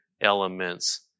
elements